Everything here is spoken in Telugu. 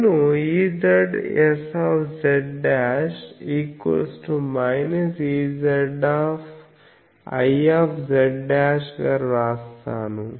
నేను Ezsz Ezi z గా వ్రాస్తాను